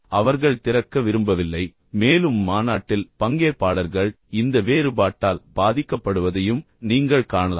அவர்கள் திறக்க விரும்பவில்லை மேலும் மாநாட்டில் பங்கேற்பாளர்கள் இந்த வேறுபாட்டால் பாதிக்கப்படுவதையும் நீங்கள் காணலாம்